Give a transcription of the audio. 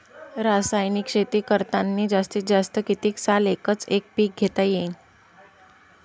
रासायनिक शेती करतांनी जास्तीत जास्त कितीक साल एकच एक पीक घेता येईन?